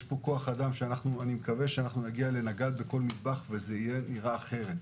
יש כוח אדם שאני מקווה שנגיע לנגד בכל מטבח וזה יראה אחרת.